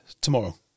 tomorrow